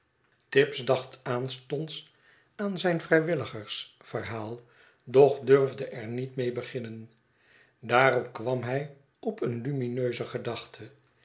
tibbs dacht aanstonds aan zijn vrijwilligers verhaal doch durfde er niet mee beginnen daarop kwam hij op een lumineuze gedachte